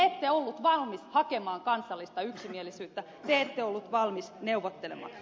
te ette ollut valmis hakemaan kansallista yksimielisyyttä te ette ollut valmis neuvottelemaan